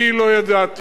אני לא ידעתי.